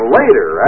later